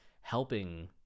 helping